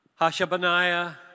Hashabaniah